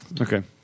Okay